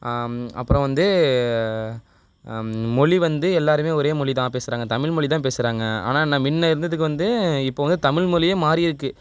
அப்புறோம் வந்து மொழி வந்து எல்லாருமே ஒரே மொழி தான் பேசுறாங்க தமிழ் மொழி தான் பேசுறாங்க ஆனால் என்ன முன்ன இருந்ததுக்கு வந்து இப்போ வந்து தமிழ் மொழியே மாறியிருக்கு